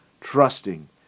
trusting